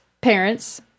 parents